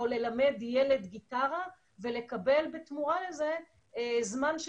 או ללמד ילד גיטרה ולקבל בתמורה לזה זמן של